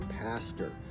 pastor